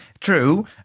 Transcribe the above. True